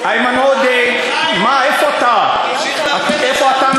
איימן עודה, איפה אתה?